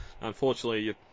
unfortunately